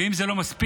ואם זה לא מספיק,